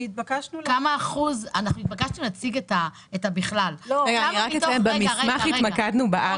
כי התבקשנו -- אני רק אציין שבמסמך התמקדנו בארץ.